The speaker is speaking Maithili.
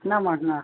इतना महँगा